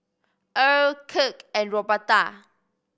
Erle Kirk and Roberta